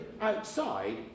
outside